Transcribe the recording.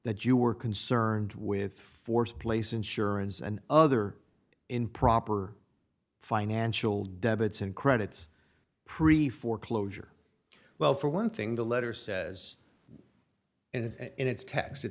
that you were concerned with force place insurance and other improper financial debits and credits pre foreclosure well for one thing the letter says and it's text it